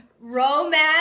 romance